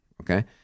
okay